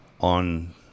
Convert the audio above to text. On